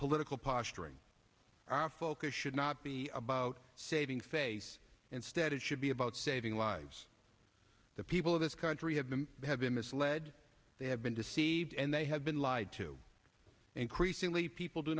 political posturing our focus should not be about saving face instead it should be about saving lives the people of this country have been have been misled they have been deceived and they have been lied to increasingly people do